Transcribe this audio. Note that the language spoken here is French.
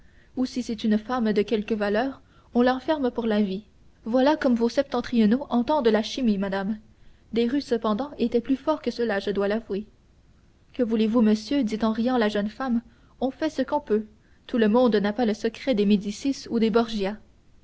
ou si c'est une femme de quelque valeur on l'enferme pour la vie voilà comme vos septentrionaux entendent la chimie madame desrues cependant était plus fort que cela je dois l'avouer que voulez-vous monsieur dit en riant la jeune femme on fait ce qu'on peut tout le monde n'a pas le secret des médicis ou des